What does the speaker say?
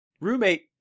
Roommate